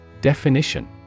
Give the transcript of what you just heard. Definition